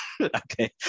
Okay